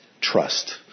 trust